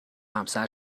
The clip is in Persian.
همسر